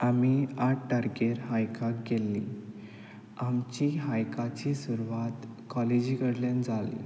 आमी आठ तारखेर हायकाक गेल्लीं आमची हायकाची सुरवात कॉलेजी कडल्यान जाली